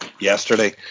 yesterday